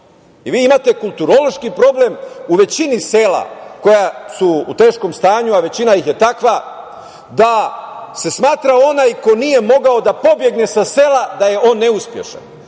i vi imate kulturološki problem u većini sela, koja su u teškom stanju, a većina ih je takva, da se smatra da onaj ko nije mogao da pobegne sa sela, da je on neuspešan,